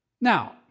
Now